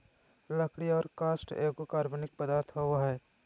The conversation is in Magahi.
लकड़ी और काष्ठ एगो कार्बनिक पदार्थ होबय हइ